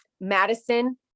Madison